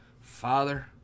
Father